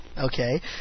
Okay